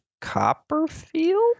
Copperfield